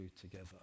together